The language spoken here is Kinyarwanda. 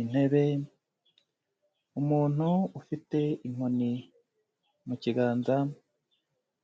Intebe, umuntu ufite inkoni mu kiganza